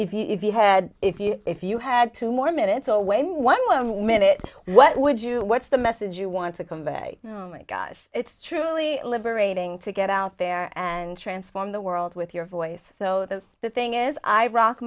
one if you had if you if you had two more minutes away in one minute what would you what's the message you want to convey gosh it's truly liberating to get out there and transform the world with your voice so that the thing is iraq